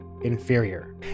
inferior